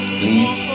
please